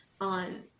on